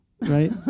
right